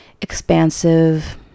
expansive